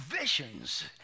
visions